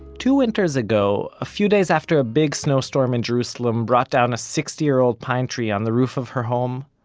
two winters ago, a few days after a big snowstorm in jerusalem brought down a sixty-year-old pine tree on the roof of her home,